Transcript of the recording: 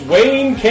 Wayne